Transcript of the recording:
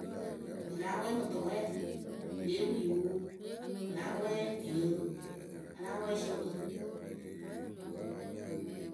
Pɨ láa wɛ mɨ tʊwɛɛ pɨ lée wi mʊ pɨ láa wɛɛ tuyǝ a láa wɛɛ wɨsiɛkpǝ.